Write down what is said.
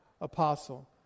apostle